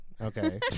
Okay